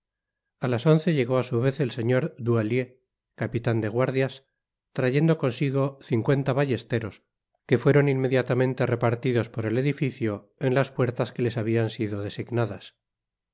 a las once llegó á su vez el señor duhallier capitan de guardias trayendo consigo cincuenta ballesteros que fueron inmediatamente repartidos por el edificio en las puertas que les habian sido designadas